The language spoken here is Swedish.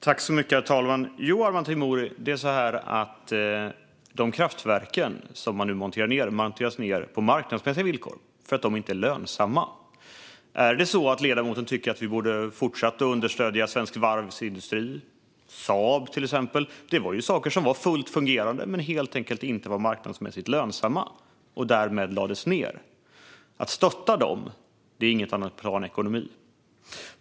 Herr talman! De kraftverk som man nu monterar ned monteras ned på marknadsmässiga villkor, Arman Teimouri, därför att de inte är lönsamma. Tycker ledamoten att vi borde fortsätta att understödja till exempel svensk varvsindustri och Saab? De var ju fullt fungerande men helt enkelt inte marknadsmässigt lönsamma, och därmed lades de ned. Att stötta dem är inget annat än planekonomi.